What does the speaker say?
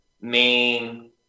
main